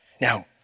Now